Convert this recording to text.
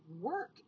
work